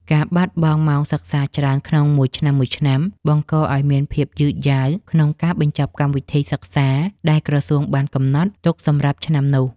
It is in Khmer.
ការបាត់បង់ម៉ោងសិក្សាច្រើនក្នុងមួយឆ្នាំៗ បង្កឱ្យមានភាពយឺតយ៉ាវក្នុងការបញ្ចប់កម្មវិធីសិក្សា ដែលក្រសួងបានកំណត់ទុកសម្រាប់ឆ្នាំនោះ។